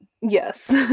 Yes